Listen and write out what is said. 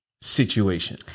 situation